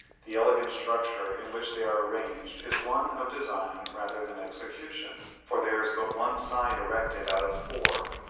the elegant structure in which they are arranged is one of design rather than execution, for there is but one side erected out of four,